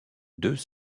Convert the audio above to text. deux